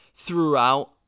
Throughout